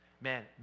Man